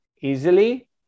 easily